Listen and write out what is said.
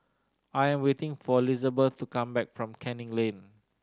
I'm waiting for Lizabeth to come back from Canning Lane